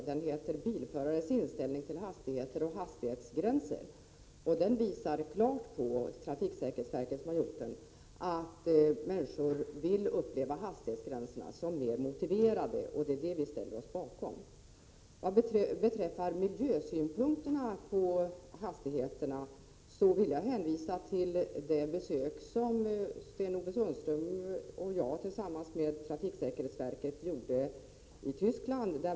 Undersökningen heter Bilförares inställning till hastigheter och hastighetsgränser. Den visar klart att människor vill uppleva hastighetsgränserna som mer motiverade. Det är det vi ställer oss bakom. När det gäller miljösynpunkterna på hastigheterna vill jag hänvisa till det besök Sten-Ove Sundström och jag tillsammans med trafiksäkerhetsverket gjorde i Tyskland.